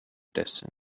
destiny